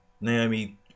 Naomi